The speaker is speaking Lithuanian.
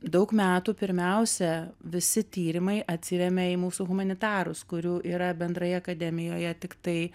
daug metų pirmiausia visi tyrimai atsirėmė į mūsų humanitarus kurių yra bendrai akademijoje tiktai